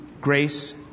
grace